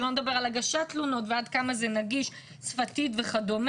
שלא לדבר על הגשת תלונות ועד כמה זה נגיש שפתית וכדומה,